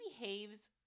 behaves